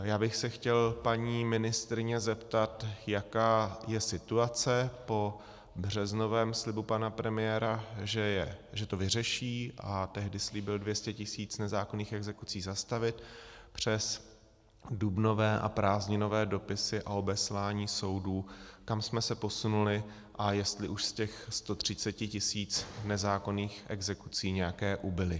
Já bych se chtěl paní ministryně zeptat, jaká je situace po březnovém slibu pana premiéra, že to vyřeší, a tehdy slíbil 200 tisíc nezákonných exekucí zastavit, přes dubnové a prázdninové dopisy a obeslání soudů, kam jsme se posunuli, a jestli už z těch 130 tisíc nezákonných exekucí nějaké ubyly.